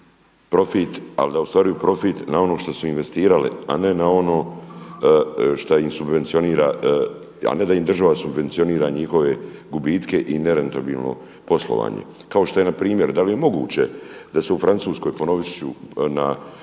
profit, ali da ostvaruju profit na ono što su investirale, a ne da im država subvencionira njihove gubitke i nerentabilno poslovanje. Kao što je primjer, da li je moguće da se u Francuskoj ponovit ću